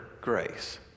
grace